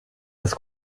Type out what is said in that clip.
des